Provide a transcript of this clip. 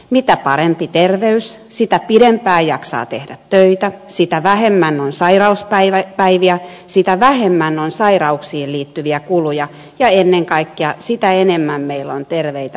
mitä parempi terveys sitä pidempään jaksaa tehdä töitä sitä vähemmän on sairauspäiviä sitä vähemmän on sairauksiin liittyviä kuluja ja ennen kaikkea sitä enemmän meillä on terveitä päiviä